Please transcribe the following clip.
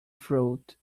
fruit